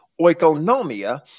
oikonomia